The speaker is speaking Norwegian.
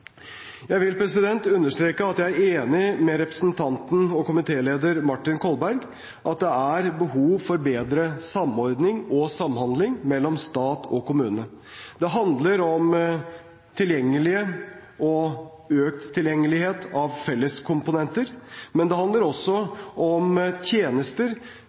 Jeg vil understreke at jeg er enig med representanten og komitélederen Martin Kolberg i at det er behov for bedre samordning og samhandling mellom stat og kommune. Det handler om tilgjengelige – og økt tilgjengelighet av – felleskomponenter. Men det handler også om tjenester